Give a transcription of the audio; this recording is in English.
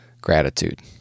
gratitude